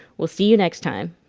we'll see you next time